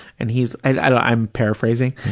and he's, i don't, i'm paraphrasing,